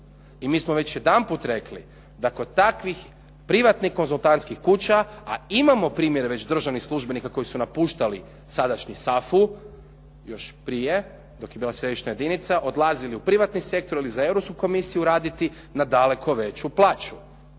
I mi smo već jedanput rekli da kod takvih privatnih konzultantskih kuća, a imamo primjer već državnih službenika koji su napuštali sadašnji SAFU još prije dok je bila središnja jedinica odlazili u privatni sektor ili za Europsku komisiju raditi na daleko veću plaću